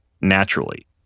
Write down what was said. naturally